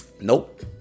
Nope